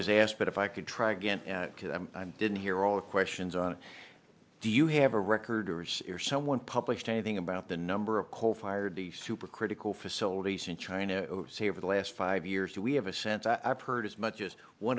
was asked but if i could try again because i didn't hear all the questions on do you have a record or someone published anything about the number of coal fired the super critical facilities in china say over the last five years we have a sense i've heard as much as one